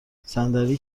صندلی